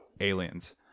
Aliens